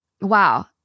Wow